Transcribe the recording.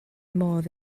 modd